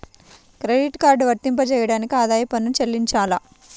Credit card వర్తింపజేయడానికి ఆదాయపు పన్ను చెల్లించాలా?